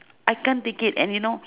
I can't take it and you know